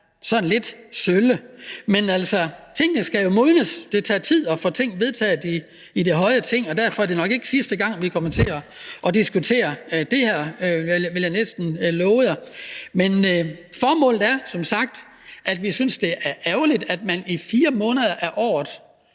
sådan lidt sølle. Men tingene skal jo modnes – det tager tid at få noget vedtaget i det høje Ting, og derfor er det nok ikke sidste gang, vi kommer til at diskutere det her. Det vil jeg næsten love jer. Men vi synes som sagt, det er ærgerligt, at man i 4 måneder af året